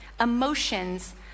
emotions